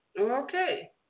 Okay